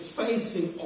facing